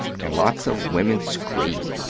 and lots of women screamed.